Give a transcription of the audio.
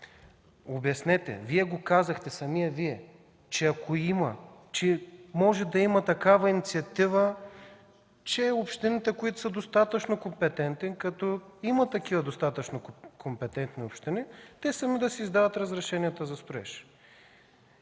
обяснете, самият Вие го казахте, че може да има такава инициатива, че общините, които са достатъчно компетентни и като има такива достатъчно компетентни общини, те сами да си издават разрешенията за строеж.